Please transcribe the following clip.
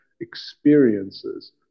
experiences